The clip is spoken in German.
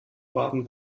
baden